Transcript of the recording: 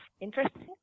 interesting